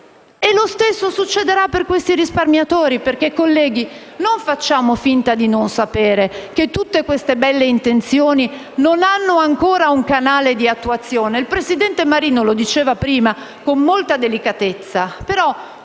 E lo stesso accadrà a questi risparmiatori perché, colleghi, non facciamo finta di non sapere che tutte queste belle intenzioni non hanno ancora un canale di attuazione. Il presidente Marino lo diceva prima, con molta delicatezza, ma